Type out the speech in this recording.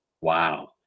Wow